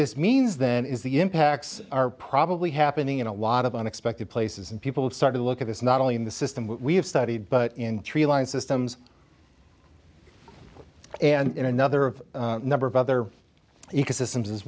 this means then is the impacts are probably happening in a lot of unexpected places and people have started to look at this not only in the system we have studied but in tree line systems and in another number of other ecosystems as